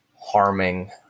harming